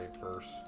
first